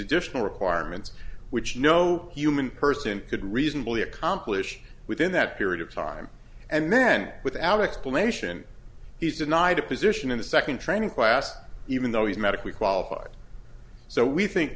additional requirements which no human person could reasonably accomplish within that period of time and then without explanation he's denied a position in the second training class even though he's medically qualified so we think